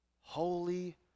Holy